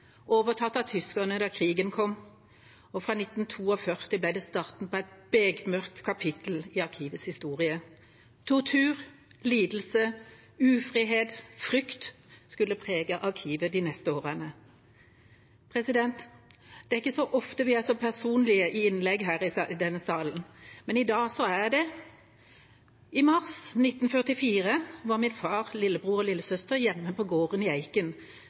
overtatt av tyskerne da krigen kom, og fra 1942 ble det starten på et bekmørkt kapittel i Arkivets historie. Tortur, lidelse, ufrihet og frykt skulle prege Arkivet de neste årene. Det er ikke så ofte vi er så personlige i innlegg her i denne salen, men i dag er jeg det. I mars 1944 var min far, hans lillebror og lillesøster hjemme på gården i Eiken